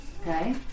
okay